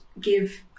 give